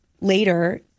later